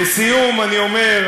לסיום אני אומר,